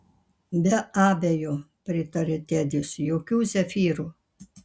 be abejo pritarė tedis jokių zefyrų